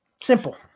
simple